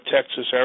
Texas